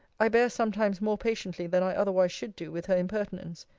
i bear sometimes more patiently than i otherwise should do with her impertinence.